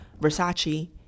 Versace